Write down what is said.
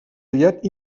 aviat